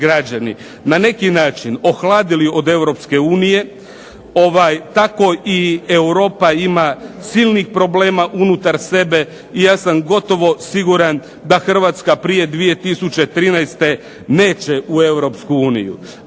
na neki način ohladili od Europske unije, tako i Europa ima silnih problema unutar sebe i ja sam gotovo siguran da Hrvatska prije 2013. neće u